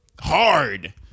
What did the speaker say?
hard